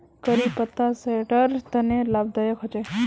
करी पत्ता सेहटर तने लाभदायक होचे